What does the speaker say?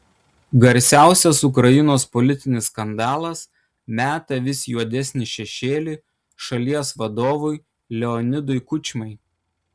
garsiausias ukrainoje politinis skandalas meta vis juodesnį šešėlį šalies vadovui leonidui kučmai